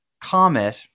comet